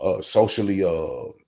socially